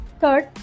third